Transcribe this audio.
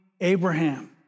Abraham